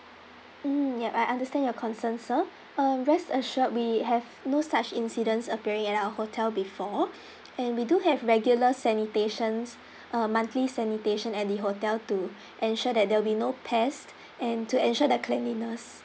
mm yup I understand your concern sir um rest assured we have no such incidents appearing at our hotel before and we do have regular sanitations a monthly sanitation at the hotel to ensure that there will be no pest and to ensure that cleanliness